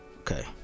okay